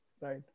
Right